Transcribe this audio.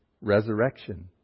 resurrection